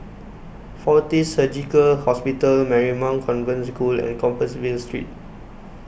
Fortis Surgical Hospital Marymount Convent School and Compassvale Street